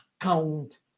account